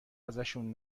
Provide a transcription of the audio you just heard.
ازشون